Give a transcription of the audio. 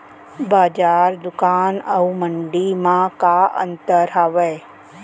बजार, दुकान अऊ मंडी मा का अंतर हावे?